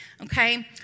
Okay